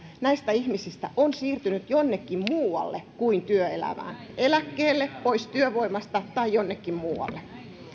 näistä ihmisistä on siirtynyt jonnekin muualle kuin työelämään eläkkeelle pois työvoimasta tai jonnekin muualle